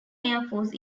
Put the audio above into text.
airforce